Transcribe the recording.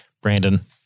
Brandon